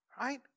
Right